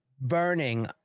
burning